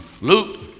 Luke